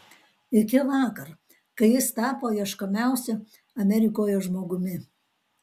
iki vakar kai jis tapo ieškomiausiu amerikoje žmogumi